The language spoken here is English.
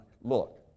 Look